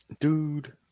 Dude